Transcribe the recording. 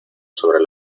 sobre